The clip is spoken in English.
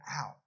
out